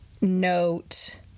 note